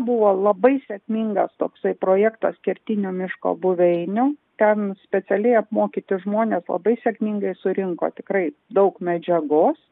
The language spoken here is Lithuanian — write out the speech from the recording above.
buvo labai sėkmingas toksai projektas kertinių miško buveinių ten specialiai apmokyti žmonės labai sėkmingai surinko tikrai daug medžiagos